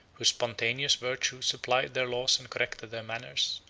whose spontaneous virtue supplied their laws and corrected their manners,